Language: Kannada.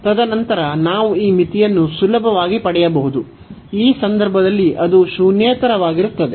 ತದನಂತರ ನಾವು ಈ ಮಿತಿಯನ್ನು ಸುಲಭವಾಗಿ ಪಡೆಯಬಹುದು ಈ ಸಂದರ್ಭದಲ್ಲಿ ಅದು ಶೂನ್ಯೇತರವಾಗಿರುತ್ತದೆ